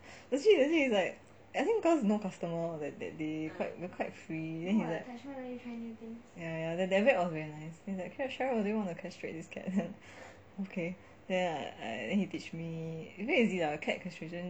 legit legit it's like I think cause no customer that day quite quite free then the vet was very nice okay like cheryl do you want to castrate this cat okay then I I then he teach me very easy lah the cat castration